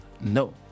No